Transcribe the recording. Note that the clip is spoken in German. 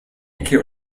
ecke